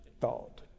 thought